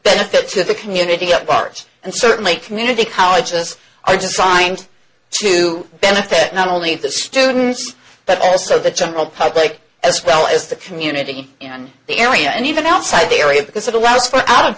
benefit to the community of bars and certainly community colleges i just find to benefit not only the students but also the general public as well as the community in the area and even outside the area because it allows for out of